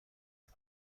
بود